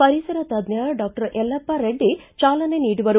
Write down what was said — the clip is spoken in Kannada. ಪರಿಸರ ತಜ್ಜ ಡಾಕ್ಟರ್ ಯಲ್ಲಪ್ಪರೆಡ್ಡಿ ಚಾಲನೆ ನೀಡುವರು